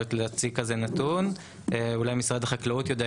זה נוכל לעשות את זה רק בתנאי ששני המשרדים יגיעו